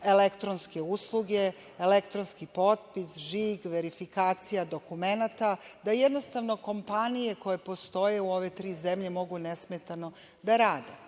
elektronske usluge, elektronski potpis, žig, verifikacija dokumenata, da jednostavno kompanije koje postoje u ove tri zemlje mogu nesmetano da rade. Ono